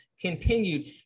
continued